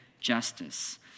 justice